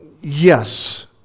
yes